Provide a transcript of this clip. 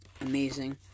amazing